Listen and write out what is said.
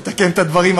לתקן את הדברים,